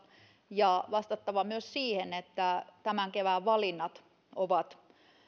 ja vastattava myös siihen että tämän kevään valinnat ovat